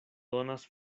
donas